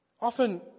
Often